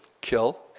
kill